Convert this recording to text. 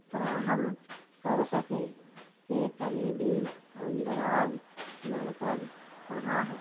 فراہم کر سکیں کہ قریبی اندراج مرکز کہاں ہے